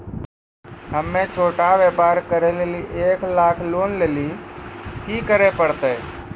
हम्मय छोटा व्यापार करे लेली एक लाख लोन लेली की करे परतै?